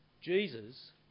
Jesus